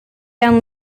down